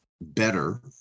better